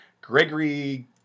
Gregory